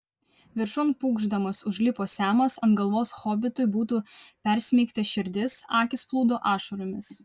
viršun pūkšdamas užlipo semas ant galvos hobitui būtų persmeigta širdis akys plūdo ašaromis